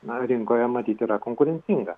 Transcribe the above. na rinkoje matyt yra konkurencinga